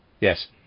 Yes